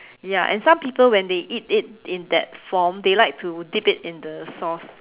ya and some people when they eat it in that form they like to dip it in the sauce